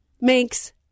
makes